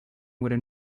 would